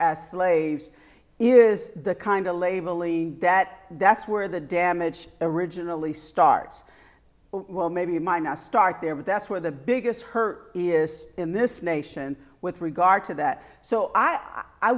slaves is the kind of label e that that's where the damage originally starts well maybe mine i start there but that's where the biggest her is in this nation with regard to that so i i